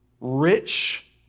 rich